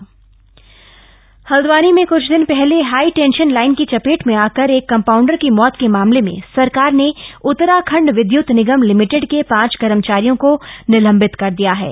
जिलंबित हल्द्वानी में कुछ दिन पहले हाईटेंशन लाइन की चपेट आकर एक कंपाउडर की मौत के मामले में सरकार ने उत्तराखंड विद्युत निगम लिमिटेड के पांच कर्मचारियों का निलंबित कर दिया हा